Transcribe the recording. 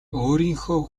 өөрийнхөө